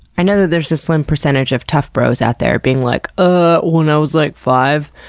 i know that there's a slim percentage of toughbros out there being like, ah, when i was like, five?